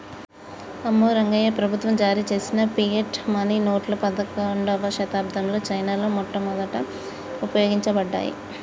అమ్మో రంగాయ్యా, ప్రభుత్వం జారీ చేసిన ఫియట్ మనీ నోట్లు పదకండవ శతాబ్దంలో చైనాలో మొదట ఉపయోగించబడ్డాయి